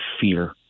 fear